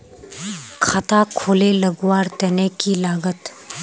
खाता खोले लगवार तने की लागत?